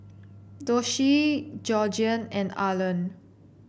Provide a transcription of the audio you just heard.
Doshie Georgiann and Arland